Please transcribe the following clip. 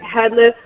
headless